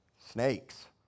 snakes